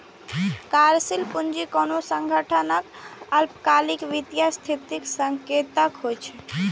कार्यशील पूंजी कोनो संगठनक अल्पकालिक वित्तीय स्थितिक संकेतक होइ छै